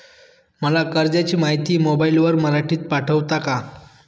मला कर्जाची माहिती मोबाईलवर मराठीत पाठवता का?